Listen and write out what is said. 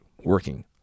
working